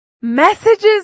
messages